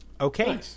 Okay